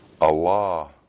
Allah